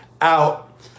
out